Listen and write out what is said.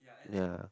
ya